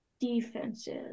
defensive